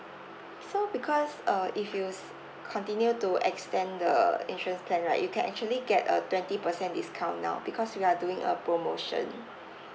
so because uh if you s~ continue to extend the insurance plan right you can actually get a twenty percent discount now because we are doing a promotion